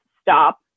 stop